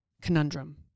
conundrum